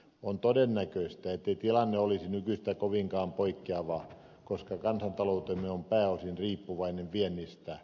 on todennäköistä ettei tilanne olisi nykyisestä kovinkaan poikkeava koska kansanta loutemme on pääosin riippuvainen viennistä